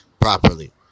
properly